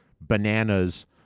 bananas